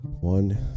one